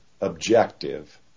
objective